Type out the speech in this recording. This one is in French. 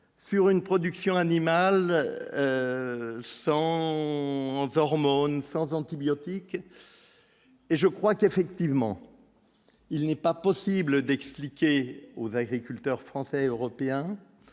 sur une production animale sont hormones sans antibiotiques. Et je crois qu'effectivement il n'est pas possible d'expliquer aux agriculteurs français et européens